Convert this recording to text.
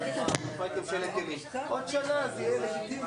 אלא יצירת הכרות עמוקה של החברה על מנת שיוכלו לטפל באותם